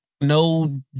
No